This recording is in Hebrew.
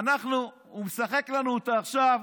והוא משחק לנו אותה עכשיו: